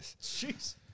Jeez